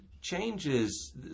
changes